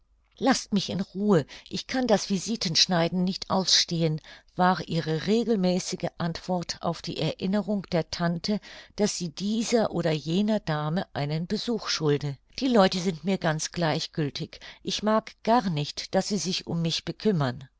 laßt mich in ruhe ich kann das visitenschneiden nicht ausstehen war ihre regelmäßige antwort auf die erinnerung der tante daß sie dieser oder jener dame einen besuch schulde die leute sind mir ganz gleichgültig ich mag gar nicht daß sie sich um mich bekümmern